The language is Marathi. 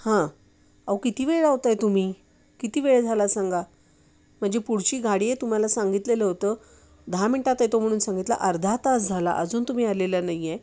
हां अहो किती वेळ लावत आहे तुम्ही किती वेळ झाला सांगा माझी पुढची गाडी आहे तुम्हाला सांगितलेलं होतं दहा मिनटात येतो म्हणून सांगितलं अर्धा तास झाला अजून तुम्ही आलेला नाही आहे